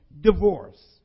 divorce